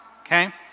okay